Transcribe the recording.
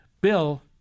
Bill